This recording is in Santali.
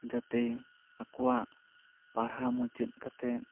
ᱡᱟᱛᱮ ᱟᱠᱚᱣᱟᱜ ᱯᱟᱲᱦᱟᱣ ᱢᱩᱪᱟᱹᱫ ᱠᱟᱛᱮ